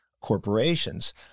corporations